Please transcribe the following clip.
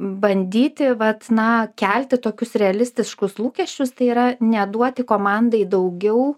bandyti vat na kelti tokius realistiškus lūkesčius tai yra neduoti komandai daugiau